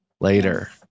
later